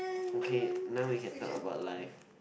okay now we can talk about life